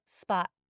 spot